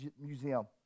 museum